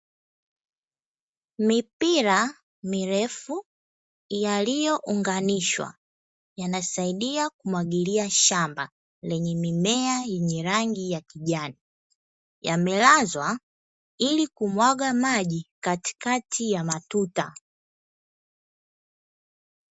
Mipira mirefu yaliyounganishwa yanasaidia kumwagilia shamba lenye mimea yenye rangi ya kijani, yamelazwa ili kumwaga maji katikati ya matuta.